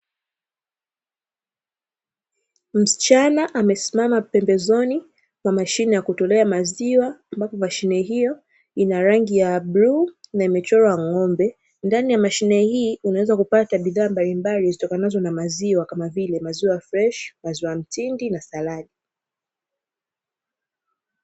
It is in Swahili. Msichana amesimama pembezoni mwa mashine ya kutolea maziwa. Ambapo mashine hiyo ina rangi ya bluu na imechorwa ngombe, ndani ya mashine hii unaweza kupata bidhaa mbalimbali zitokanazo na maziwa, kama vile; maziwa freshi, Maziwa mtindi na saladi.